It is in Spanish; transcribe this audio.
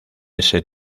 ese